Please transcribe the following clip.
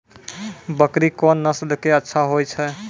बकरी कोन नस्ल के अच्छा होय छै?